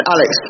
Alex